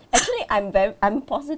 actually I'm very I'm posi~